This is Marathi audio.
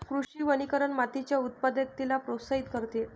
कृषी वनीकरण मातीच्या उत्पादकतेला प्रोत्साहित करते